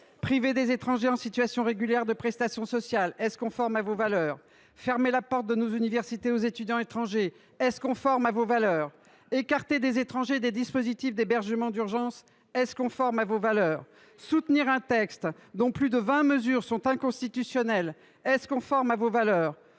Priver des étrangers en situation régulière de prestations sociales, est ce conforme à vos valeurs ? Fermer la porte de nos universités aux étudiants étrangers, est ce conforme à vos valeurs ? Écarter les étrangers des dispositifs d’hébergement d’urgence, est ce conforme à vos valeurs ? Soutenir un texte dont plus de vingt mesures sont inconstitutionnelles, est ce conforme à vos valeurs ?